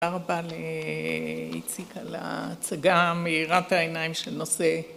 תודה רבה לאיציק על ההצגה מאירת העיניים של נושא...